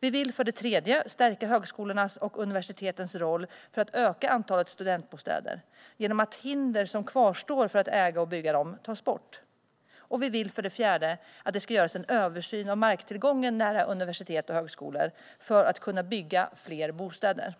Vi vill för det tredje stärka högskolornas och universitetens roll när det gäller att öka antalet studentbostäder genom att hinder som kvarstår för att äga och bygga dem tas bort. Vi vill för det fjärde att det ska göras en översyn av marktillgången nära universitet och högskolor för att kunna bygga fler bostäder.